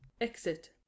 Exit